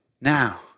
Now